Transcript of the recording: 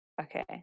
Okay